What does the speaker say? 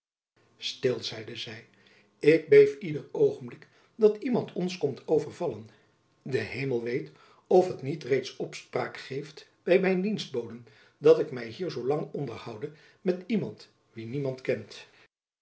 stil zeide zy ik beef ieder oogenblik dat iemand ons komt overvallen de hemel weet of het niet reeds opspraak geeft by mijn dienstboden dat ik my hier zoo lang onderhoude met iemand wien niemand kent